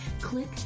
click